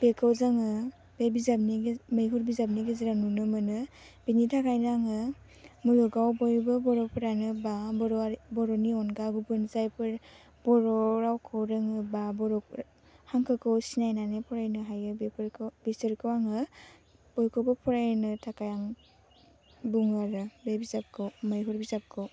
बेखौ जोङो बे बिजाबनि मैहुर बिजाबनि गेजेरजों नुनो मोनो बेनि थाखायनो आङो मुलुगआव बयबो बर'फोरानो बा बर'नि अनगा गुबुन जायफोर बर' रावखौ रोङो बा बर' हांखोखौ सिनायनानै फरायनो हायो बेफोरखौ बिसोरखौ आङो बयखौबो फरायनो थाखाय आं बुङो आरो बे बिजाबखौ मैहुर बिजाबखौ